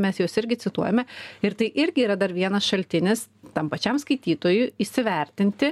mes juos irgi cituojame ir tai irgi yra dar vienas šaltinis tam pačiam skaitytojui įsivertinti